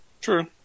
True